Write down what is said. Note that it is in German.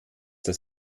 das